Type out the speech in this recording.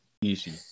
easy